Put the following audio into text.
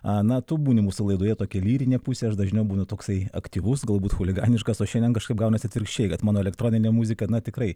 a na tu būni mūsų laidoje tokia lyrinė pusė ar dažniau būna toksai aktyvus galbūt chuliganiškas o šiandien kažkaip gaunasi atvirkščiai kad mano elektroninė muzika tikrai